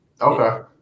Okay